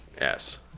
Yes